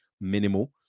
minimal